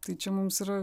tai čia mums yra